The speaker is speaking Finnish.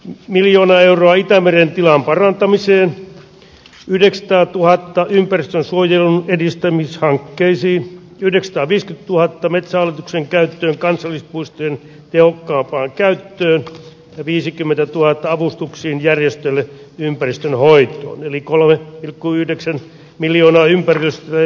nyt miljoona euroa itämeren tilan parantamiseen yhdeksäätuhatta ympäristönsuojelun edistämishankkeisiin yhdestä viisituhatta metsähallituksen käyttöön kansallispuistojen joukko alkoi käyttöön viisikymmentätuhatta avustuksiin järjestöille ympäristönhoitoon eli kolme pilkku yhdeksän miljoonaa ympäristö